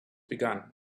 began